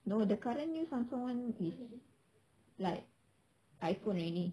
no the current new samsung one is like iphone already